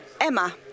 Emma